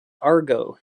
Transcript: argo